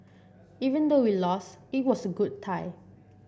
even though we lost it was a good tie